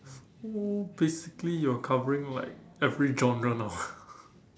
so basically you're covering like every genre now